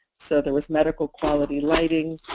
so there was medical quality lighting.